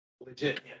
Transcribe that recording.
legit